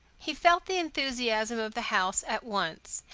he felt the enthusiasm of the house at once,